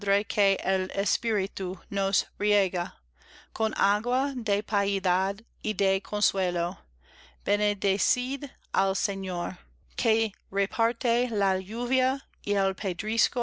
nos riega con agua de piedad y de consuelo bendecid al señor que reparte la lluvia y